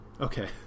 Okay